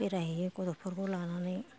बेरायहैयो गथ'फोरखौ लानानै